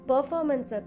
Performance